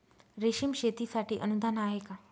रेशीम शेतीसाठी अनुदान आहे का?